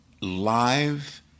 live